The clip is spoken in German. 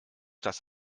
das